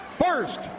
First